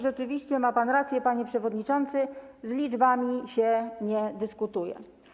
Rzeczywiście ma pan rację, panie przewodniczący, z liczbami się nie dyskutuje.